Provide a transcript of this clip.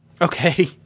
Okay